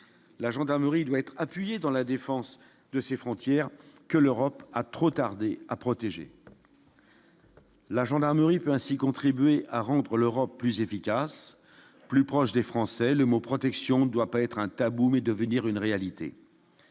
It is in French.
la gendarmerie doit être appuyée dans la défense de ses frontières, que l'Europe a trop tardé à protéger. La gendarmerie peut ainsi contribuer à rendre l'Europe plus efficace, plus proche des Français, le mot protection doit pas être un tabou, mais devenir une réalité.